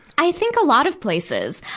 i think a lot of places.